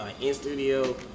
in-studio